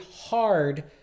hard